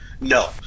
No